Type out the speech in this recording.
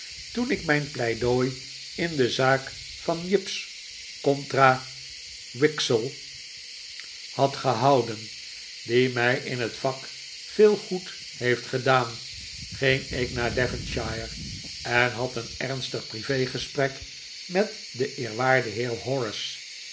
toen ik mijn pleidooi in de zaak van jipes contra wigzell had gehouden die mij in het vak veel goed heeft gedaan ging ik naar devonshire en had een ernstig prive gesprek met den eerwaarden heer horace